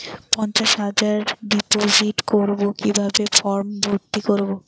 পঞ্চাশ হাজার ডিপোজিট করবো কিভাবে ফর্ম ভর্তি করবো?